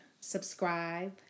subscribe